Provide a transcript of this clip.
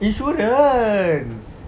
insurance